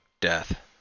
death